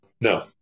No